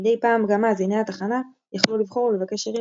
מדי פעם גם מאזיני התחנה יכלו לבחור ולבקש שירים